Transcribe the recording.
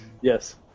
Yes